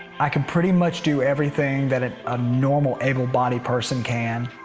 i can pretty much do everything that a normal, able-bodied person can.